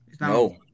No